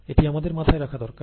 এটি আমাদের মাথায় রাখা দরকার